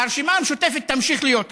הרשימה המשותפת תמשיך להיות כאן,